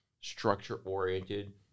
structure-oriented